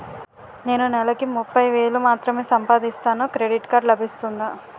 నేను నెల కి ముప్పై వేలు మాత్రమే సంపాదిస్తాను క్రెడిట్ కార్డ్ లభిస్తుందా?